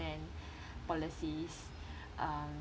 understand policies um